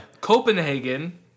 Copenhagen